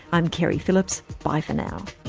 i'm keri phillips. bye for now